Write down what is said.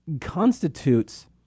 constitutes